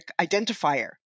identifier